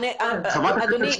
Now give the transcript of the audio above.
אדוני,